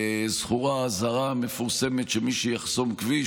זכורה האזהרה המפורסמת: מי שיחסום כביש,